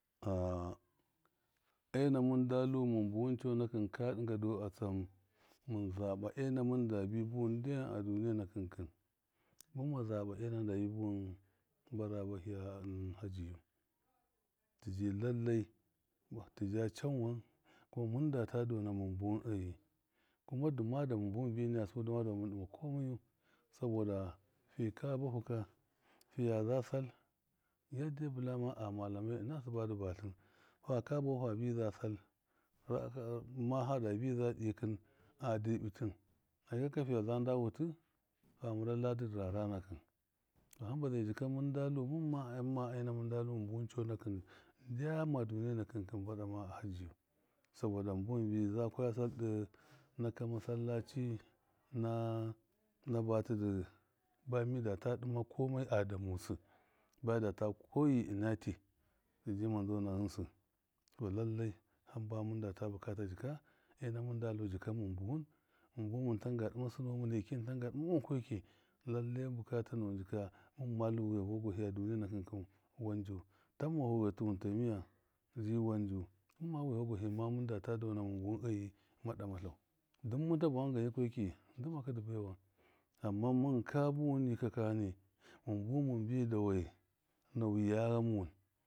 ena mɨndalu mɨn buwɨn conakɨn ka ɗɨnga du a stam mɨn zaba ena mɨnda bi buwɨn ndyam a duniya nakɨn- kɨn mɨn zaɓa ena mɨnda bi buwɨn bara bahɨya dadɨyu tɨji lalle kuma tɨja canwan kuma mɨnda data dona mɨn buwɨn eyi kuma dama mɨn buwɨn bi naya sɨbu dɨma mɨn buwɨn bɨ naya sɨbu dɨma mɨn dɨma komayu soboda fika bahu ka, fiya za sal yadde bɨlama a malamaɨ ɨna sɨba dɨ batlɨn faka bahu fabɨ za sal, ma hada bɨ za dɨkɨn dɨrɓɨtɨm yɨ kaka fɨya za nda wutɨ fa mara ladɨ dɨ rara nakɨn, to hamba zai jika mɨndatu, mɨmama a ena mɨndalu mɨn buwɨn ndyama duniya nakɨ-kɨn ba rama hadiyu, soboda mɨn buwɨn mɨnbɨ za kwaya sal de naka ma sallaci naa na ba mɨdata alɨma komai a domusɨ, ba data kɔyi ina tɨɨ tɨjɨ manzɔ na ghɨnsɨ tɔ lalle hamba mɨn data bukata jɨka ena mɨndalu, jɨka mɨn buwɨn mɨn buwɨn mɨn tanga dɨma wankaki. Lalle bukata nuwɨn jika mɨn malu wɨya vɔwagwa hiya duniya nattukin wanjɔ tamma vowa gwahɨ tumm ta mɨye, dɨwanju, mɨnma wɨya vɔgwahi ma mɨn data, dɔna mɨn ma wɨye vɔgwahɨ ma mɨndata dɔna mɨn buwɨn eyɨ mɨn ma wɨya vɔgwahɨ ma damalla dan mɨnta bawan yɨhaki ndɨma kɨ dɨ baɨwan ama buwɨn yɨ kakanɨ mɨn buwɨn mɨn bɨ dɔya lai naugyɨya ghama mɨn.